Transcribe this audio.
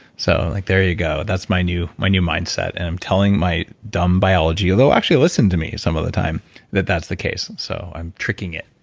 so like there you go, that's my new my new mindset. and i'm telling my dumb biology, although it actually listen to me some of the time that that's the case. so i'm tricking it